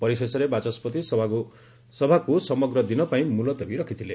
ପରିଶେଷରେ ବାଚସ୍କତି ସଭାକୁ ସମଗ୍ର ଦିନ ପାଇଁ ମୁଲତବୀ ରଖିଥିଲେ